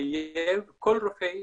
לחייב כל רופא,